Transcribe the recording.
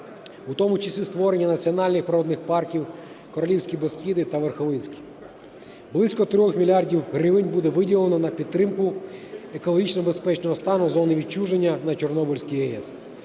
в тому числі створення національних природних парків "Королівські Бескиди" та "Верховинський". Близько 3 мільярдів гривень буде виділено на підтримку екологічно безпечного стану зони відчуження на Чорнобильській АЕС.